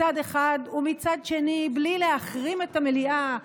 ומצד שני בלי להחרים את המליאה,